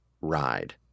ride